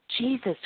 Jesus